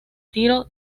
tiro